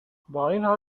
بااینحال